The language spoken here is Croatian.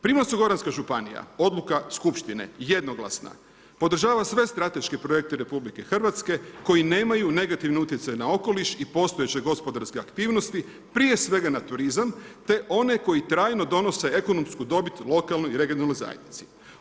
Primorsko goranska županija, odluka skupštine, jednoglasno, podržava sve strateške projekte RH koji nemaju negativan utjecaj na okoliš i postojeće gospodarske aktivnosti, prije svega na turizam, te oni koji trajno donose ekonomskoj dobiti lokalnoj i regionalnoj zajednici.